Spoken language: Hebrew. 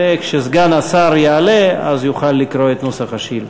וכשסגן השר יעלה אז יוכל לקרוא את נוסח השאילתה.